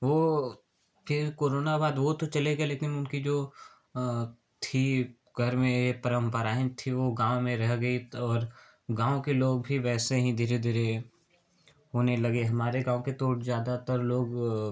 वो फिर कोरोना बाद वो तो चले गए लेकिन उनकी जो थी घर में ये परम्पराएँ थीं वो गाँव में रह गई और गाँव के लोग भी वैसे ही धीर धीरे होने लगे हमारे गाँव के तो ज़्यादातर लोग